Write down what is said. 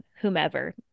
whomever